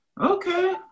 okay